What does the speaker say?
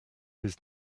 his